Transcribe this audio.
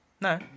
No